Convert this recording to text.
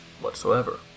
whatsoever